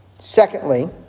Secondly